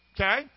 okay